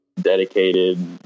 dedicated